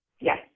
Yes